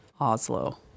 Oslo